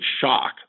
shock